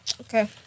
Okay